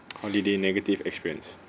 holiday negative experience